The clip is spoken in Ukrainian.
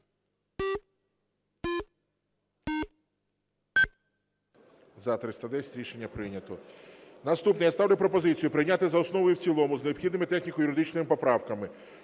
За-310 Рішення прийнято. Наступне, я ставлю пропозицію прийняти за основу і в цілому з необхідними техніко-юридичними поправками